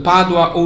Padua